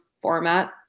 format